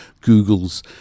Google's